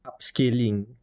upscaling